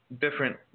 different